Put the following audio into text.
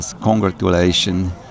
Congratulations